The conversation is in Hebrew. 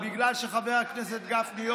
בגלל ההתחייבות שלך.